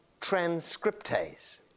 transcriptase